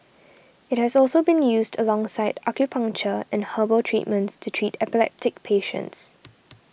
it has also been used alongside acupuncture and herbal treatments to treat epileptic patients